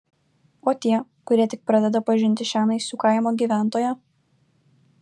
o tie kurie tik pradeda pažinti šią naisių kaimo gyventoją